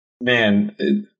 man